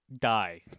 Die